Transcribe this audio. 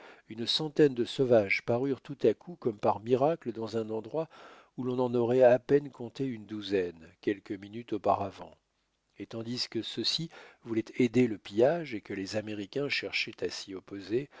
une centaine de sauvages parurent tout à coup comme par miracle dans un endroit où l'on en aurait à peine compté une douzaine quelques minutes auparavant et tandis que ceux-ci voulaient aider le pillage et que les américains cherchaient à s'y opposer